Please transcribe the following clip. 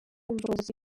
ubushobozi